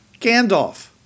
Gandalf